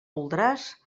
voldràs